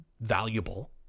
valuable